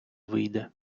вийде